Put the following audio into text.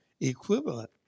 equivalent